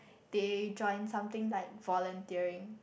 they join something like volunteering